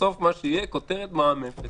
בסוף הכותרת תהיה מע"מ אפס.